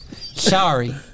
sorry